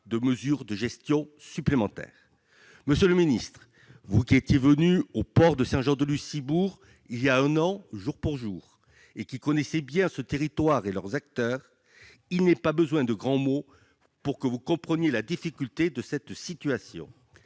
de mesures de gestion supplémentaires. Monsieur le ministre, pour vous qui étiez venu au port de Saint-Jean-de-Luz-Ciboure voilà un an jour pour jour et qui connaissez bien ce territoire et ses acteurs, il n'est pas besoin de grands mots pour comprendre la difficulté de la situation.